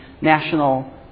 national